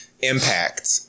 impact